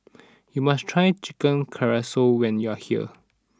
you must try Chicken Casserole when you are here